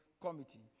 committee